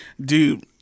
dude